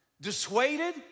dissuaded